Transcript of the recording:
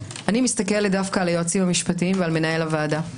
אלא על היועצים המשפטיים ועל מנהל הוועדה.